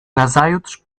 nazajutrz